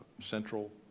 central